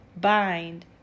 bind